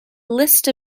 list